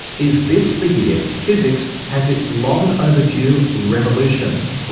is this the year physics has its long overdue revolution?